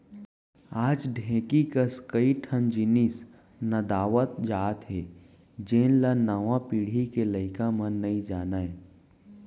आज ढेंकी कस कई ठन जिनिस नंदावत जात हे जेन ल नवा पीढ़ी के लइका मन नइ जानयँ